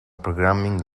programming